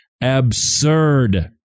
absurd